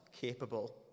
capable